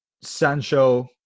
Sancho